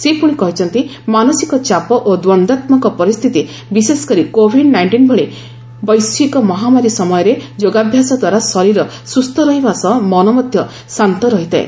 ସେ ପୁଣି କହିଛନ୍ତି ମାନସିକ ଚାପ ଓ ଦ୍ୱନ୍ଦାତ୍ମକ ପରିସ୍ଥିତି ବିଶେଷକରି କୋଭିଡ୍ ନାଇଷ୍ଟିନ୍ ଭଳି ବୈଶ୍ୱିକ ମହାମାରୀ ସମୟରେ ଯୋଗାଭ୍ୟାସଦ୍ୱାରା ଶରୀର ସୁସ୍ଥ ରହିବା ସହ ମନ ମଧ୍ୟ ଶାନ୍ତ ରହିଥାଏ